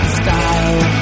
style